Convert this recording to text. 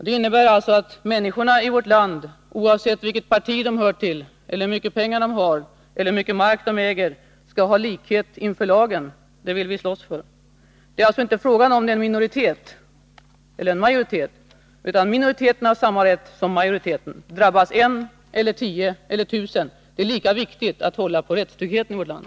Det innebär alltså att människorna i vårt land, oavsett vilket parti de hör till, hur mycket pengar de har eller hur mycket mark de äger, skall ha likhet inför lagen. Det vill vi slåss för. Det är alltså inte fråga om en minoritet eller en majoritet, utan minoriteten har samma rätt som majoriteten. Drabbas en eller tio eller tusen — det är lika viktigt att hålla på rättstryggheten i vårt land.